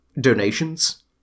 donations